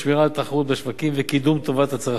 על תחרות בשווקים וקידום טובת הצרכן.